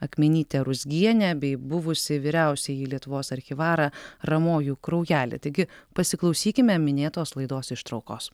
akmenytę ruzgienę bei buvusį vyriausiąjį lietuvos archyvarą ramojų kraujelį taigi pasiklausykime minėtos laidos ištraukos